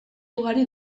ugari